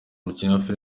umukinnyi